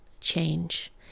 change